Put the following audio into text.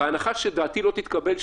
בהנחה שדעתי לא תתקבל,